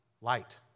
light